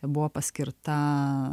buvo paskirta